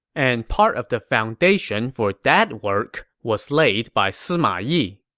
and part of the foundation for that work was laid by sima yi.